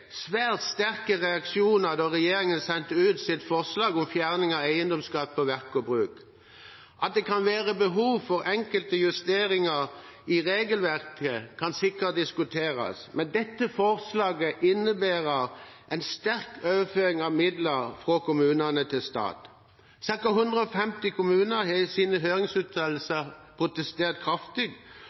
svært sterke reaksjoner da regjeringen sendte ut sitt forslag om fjerning av eiendomsskatt på verk og bruk. Om det kan være behov for enkelte justeringer i regelverket, kan sikkert diskuteres, men dette forslaget innebære en sterk overføring av midler fra kommunene til staten. Cirka 150 kommuner har i sine høringsuttalelser protestert kraftig.